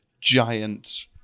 giant